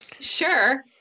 Sure